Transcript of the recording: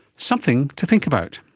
something to think about.